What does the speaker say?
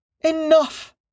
Enough